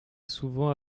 souvent